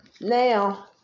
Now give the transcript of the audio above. Now